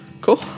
Cool